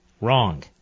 wrong